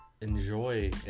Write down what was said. Enjoy